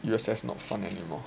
U_S_S not fun anymore